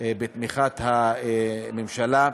בתמיכת הממשלה,